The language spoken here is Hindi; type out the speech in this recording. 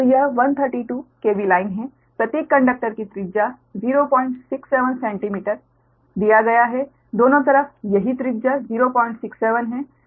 तो यह 132 KV लाइन है प्रत्येक कंडक्टर की त्रिज्या 067 सेंटीमीटर दिया गया है दोनों तरफ यहीं त्रिज्या 067 है इस तरफ भी